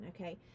okay